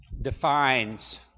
defines